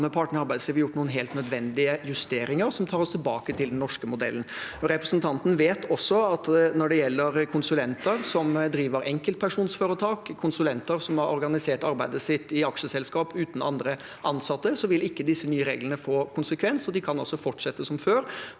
gjort noen helt nødvendige justeringer som tar oss tilbake til den norske modellen. Representanten vet også at når det gjelder konsulenter som driver enkeltpersonforetak, konsulenter som har organisert arbeidet sitt i aksjeselskap uten andre ansatte, vil ikke disse nye reglene få konsekvens, og de kan altså fortsette som før.